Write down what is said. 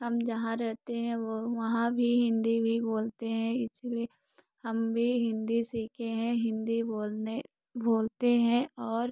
हम जहाँ रहते हैं वो वहाँ भी हिन्दी भी बोलते हैं इसलिए हम भी हिन्दी सीखे हैं हिन्दी बोलने बोलते हैं और